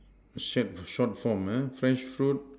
shared short form ah fresh fruit